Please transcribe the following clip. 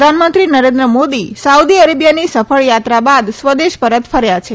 પ્રધાનમંત્રી નરેન્દ્ર મોદી સાઉદી અરેબિયાની સફળ યાત્રા બાદ સ્વદેશ પરત ફર્યા છે